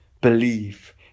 believe